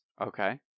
Okay